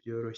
byoroshye.